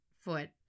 foot